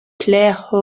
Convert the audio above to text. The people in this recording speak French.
clare